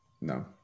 No